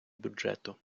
бюджету